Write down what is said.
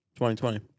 2020